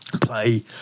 play